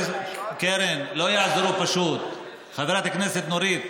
קורן, לא יעזרו, פשוט, חברת הכנסת נורית.